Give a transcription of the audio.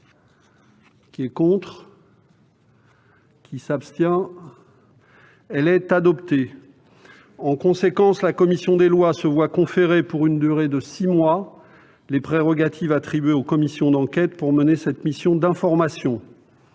de la commission des lois. En conséquence, la commission des lois se voit conférer, pour une durée de six mois, les prérogatives attribuées aux commissions d'enquête pour mener cette mission d'information.